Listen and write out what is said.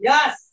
Yes